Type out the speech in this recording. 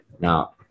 Now